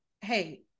hey